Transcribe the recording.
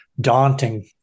daunting